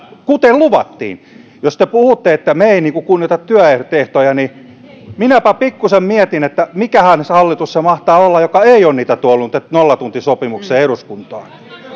kuten luvattiin jos te puhutte siitä että me emme kunnioita työehtoja niin minäpä pikkusen mietin että mikähän hallitus se mahtaa olla joka ei ole niitä nollatuntisopimuksia tuonut eduskuntaan